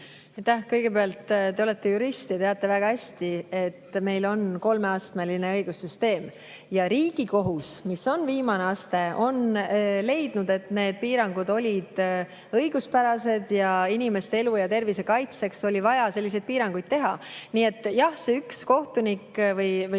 Kõigepealt, te olete jurist ja teate väga hästi, et meil on kolmeastmeline õigussüsteem ja Riigikohus, mis on viimane aste, on leidnud, et need piirangud olid õiguspärased ning inimeste elu ja tervise kaitseks oli vaja selliseid piiranguid teha. Nii et jah, seda ühte kohtunikku või